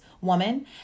woman